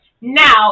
now